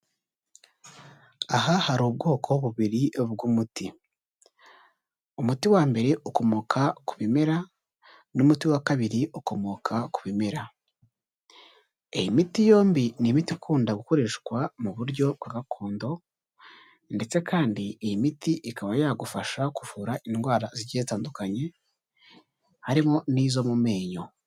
Aha hari ubwoko bubiri bw'umuti, umuti wa mbere ukomoka ku bimera n'umuti wa kabiri ukomoka ku bimera, iyi miti yombi ni imiti ikunda gukoreshwa mu buryo bwa gakondo ndetse kandi iyi miti ikaba yagufasha kuvura indwara zigiye zitandukanye, harimo n'izo mu menyo.